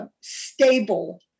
stable